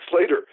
later